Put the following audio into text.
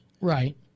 Right